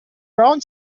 brown